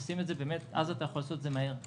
אז אפשר לעשות את זה מהר.